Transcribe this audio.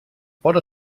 port